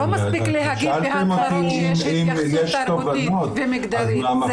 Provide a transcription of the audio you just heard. לא מספיק להגיד שיש התייחסות תרבותית ומגדרית.